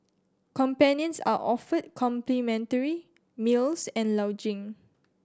companions are offered complimentary meals and lodging